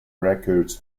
records